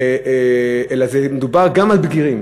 אלא מדובר גם על בגירים.